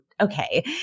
okay